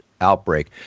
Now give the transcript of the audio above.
outbreak